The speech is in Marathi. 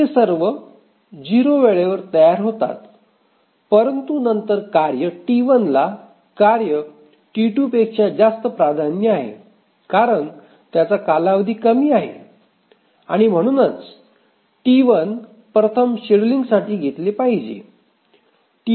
ते सर्व ० वेळेवर तयार होतात परंतु नंतर कार्य T 1 ला कार्य T2 पेक्षा जास्त प्राधान्य आहे कारण त्याचा कालावधी कमी आहे आणि म्हणूनच T 1 प्रथम शेड्यूलिंगसाठी घेतले पाहिजे